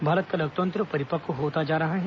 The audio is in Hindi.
भारत का लोकतंत्र परिपक्व होते जा रहा है